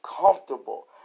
comfortable